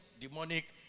demonic